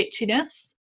itchiness